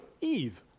Eve